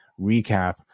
recap